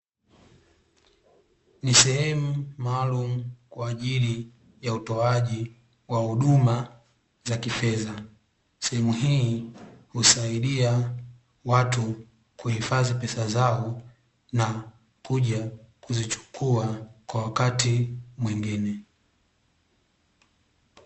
Ni sehemu maalumu kwa ajili ya utoaji wa huduma za kifedha, sehemu hii husaidia watu kuhifadhi pesa zao na kuja kuzichukua kwa wakati mwingine.